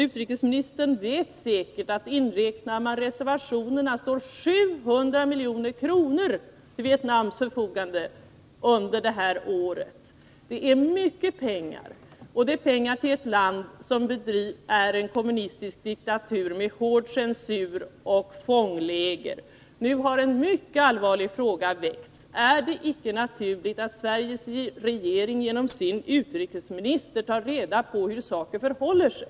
Utrikesministern vet säkert att inräknat reservationerna står 700 milj.kr. till Vietnams förfogande under detta år. Det är fråga om mycket pengar, och det gäller pengar till ett land som är en kommunistisk diktatur med hård censur och fångläger. Nu har en mycket allvarlig fråga väckts. Är det icke naturligt att Sveriges regering genom sin utrikesminister tar reda på hur saken förhåller sig?